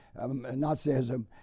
Nazism